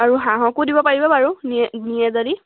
আৰু হাঁহকো দিব পাৰিব বাৰু নিয়ে যদি